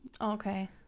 okay